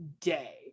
day